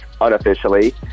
unofficially